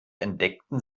entdeckten